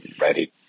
ready